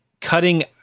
cutting